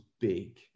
big